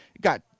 got